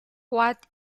what